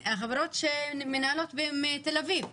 חברות שמנהלות מתל אביב,